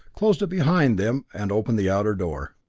closed it behind them, and opened the outer door.